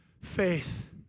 Faith